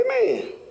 Amen